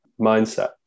mindset